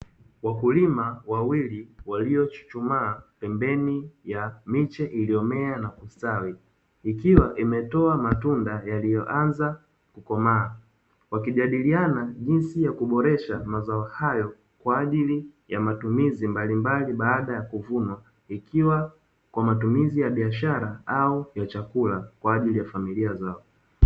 Wakulima wawili waliochuchumaa pembeni ya miche iliyomea na kustawi, ikiwa imetoa matunda yaliyoanza komaa wakijadiliana jinsi ya kuboresha mazao hayo kwa ajili ya matumizi mbalimbali baada ya kuvunwa, ikiwa kwa matumizi ya biashara au ya chakula kwa ajili ya familia zao.